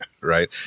right